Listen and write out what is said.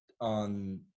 on